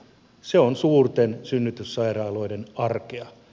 se on suurten synnytyssairaaloiden arkea